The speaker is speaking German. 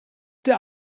der